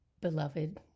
beloved